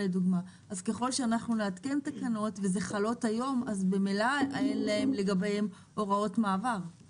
מה שאנחנו מכנים רפורמת היבוא שיש לה פרקים שונים והיא מחולקת